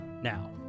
Now